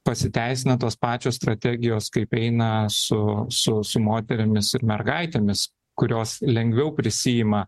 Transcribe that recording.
pasiteisina tos pačios strategijos kaip eina su su su moterimis ir mergaitėmis kurios lengviau prisiima